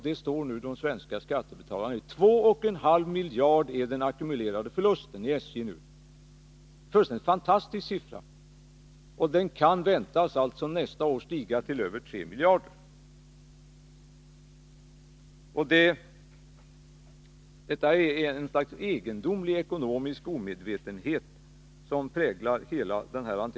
Det står nu de svenska skattebetalarna för — 2,5 miljarder kronor är den ackumulerade förlusten i SJ. Det är en fullständigt fantastisk siffra, och den kan nästa år förväntas stiga till över 3 miljarder. Det är ett slags egendomlig ekonomisk omedvetenhet som präglar hela den delen.